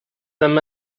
them